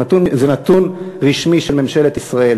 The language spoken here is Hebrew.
זה נתון רשמי של ממשלת ישראל,